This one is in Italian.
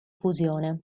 fusione